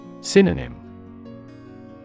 Synonym